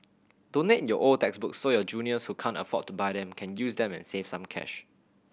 donate your old textbooks so your juniors who can't afford to buy them can use them and save some cash